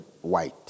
white